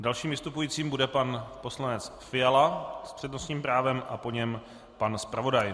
Dalším vystupujícím bude pan poslanec Fiala s přednostním právem a po něm pan zpravodaj.